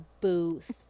booth